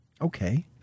Okay